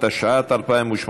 התשע"ט 2018,